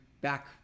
back